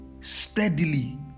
steadily